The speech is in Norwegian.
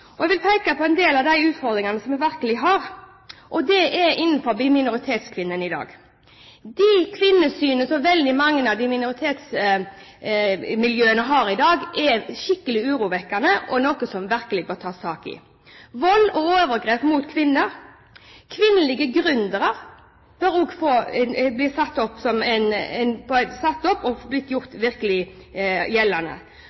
og jeg vil peke på en del av de utfordringene som vi virkelig har, og det gjelder minoritetskvinnene i dag. Det kvinnesynet som veldig mange av minoritetsmiljøene har i dag, er skikkelig urovekkende og noe som virkelig bør tas tak i – vold og overgrep mot kvinner. Kvinnelige gründere bør også bli tatt opp og